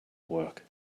work